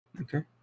Okay